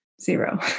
Zero